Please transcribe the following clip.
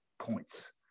points